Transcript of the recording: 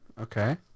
okay